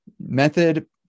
method